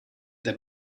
that